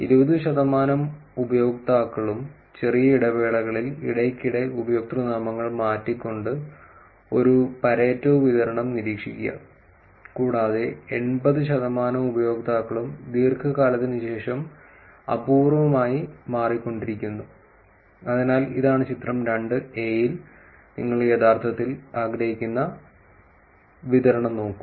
20 ശതമാനം ഉപയോക്താക്കളും ചെറിയ ഇടവേളകളിൽ ഇടയ്ക്കിടെ ഉപയോക്തൃനാമങ്ങൾ മാറ്റിക്കൊണ്ട് ഒരു പാരേറ്റോ വിതരണം നിരീക്ഷിക്കുക കൂടാതെ 80 ശതമാനം ഉപയോക്താക്കളും ദീർഘകാലത്തിനുശേഷം അപൂർവ്വമായി മാറിക്കൊണ്ടിരിക്കുന്നു അതിനാൽ ഇതാണ് ചിത്രം 2 എ ൽ നിങ്ങൾ യഥാർത്ഥത്തിൽ ആഗ്രഹിക്കുന്ന വിതരണം നോക്കൂ